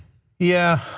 yeah,